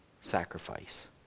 sacrifice